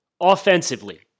Offensively